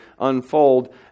unfold